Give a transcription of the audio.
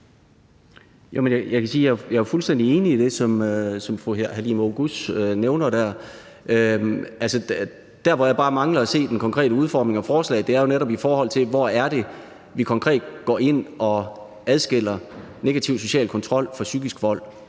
jo er fuldstændig enig i det, som fru Halime Oguz nævner. Der, hvor jeg bare mangler at se den konkrete udformning af forslaget, er jo netop i forhold til, hvor vi konkret går ind og adskiller negativ social kontrol fra psykisk vold.